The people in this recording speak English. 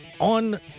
on